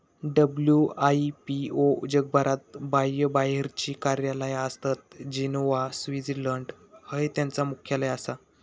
WIPO जगभरात बाह्यबाहेरची कार्यालया आसत, जिनेव्हा, स्वित्झर्लंड हय त्यांचा मुख्यालय आसा